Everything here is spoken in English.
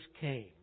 came